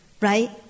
right